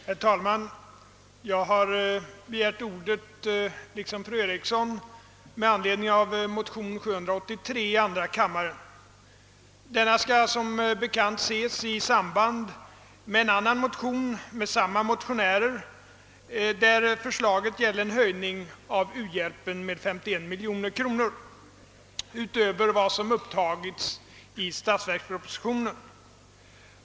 Herr talman! Jag har liksom fru Eriksson begärt ordet med anledning av motion 783 i andra kammaren. Denna skall som bekant ses i samband med en annan motion av samma motionärer om en ökning av anslaget till ulandshjälpen med 51 miljoner kronor mer än vad som upptagits i statsverkspropositionen.